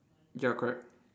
ya correct